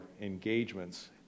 engagements